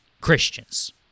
Christians